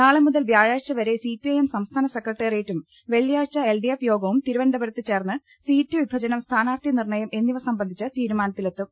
നാളെ മുതൽ വ്യാഴാഴ്ച വരെ സിപിഐഎഠ സംസ്ഥാന സെക്രട്ടറിയേറ്റും വെള്ളിയാഴ്ച എൽഡിഎഫ് യോഗവും തിരുവനന്തപുരത്ത് ചേർന്ന് സീറ്റ് വിഭജനം സ്ഥാനാർഥി നിർണയം എന്നിവ സംബന്ധിച്ച് തീരുമാനത്തിലെ ത്തും